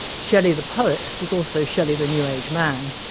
shelley the poet was also shelley the new age man.